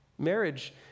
Marriage